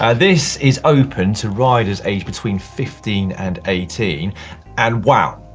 ah this is open to riders aged between fifteen and eighteen and wow,